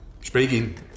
Speaking